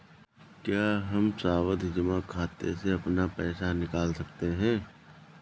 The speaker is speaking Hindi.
क्या हम सावधि जमा खाते से अपना पैसा निकाल सकते हैं?